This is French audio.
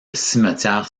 cimetière